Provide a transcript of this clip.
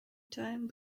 time